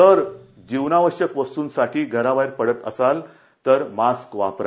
जर जीवनावश्यक वस्तूंसाठी घराबाहेर पडत असाल तर मास्क वापरा